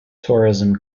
tourism